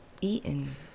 eaten